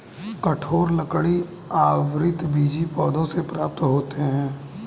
कठोर लकड़ी आवृतबीजी पौधों से प्राप्त होते हैं